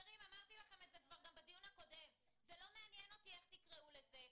אמרתי לכם כבר בדיון הקודם זה לא מעניין אותי איך תקראו לזה.